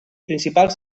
principals